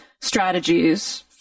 strategies